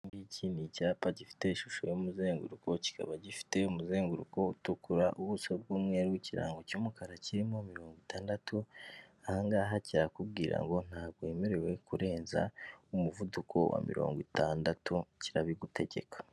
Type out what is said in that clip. Iki ngiki ni icyapa gifite ishusho y'umuzenguruko, kikaba gifite umuzenguruko utukura, ubuso bw'umweru, ikirango cy'umukara kirimo mirongo itandatu, aha ngaha kirakubwira ngo ntabwo wemerewe kurenza umuvuduko wa mirongo itandatu, kirabigutegeka.